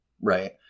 right